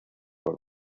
por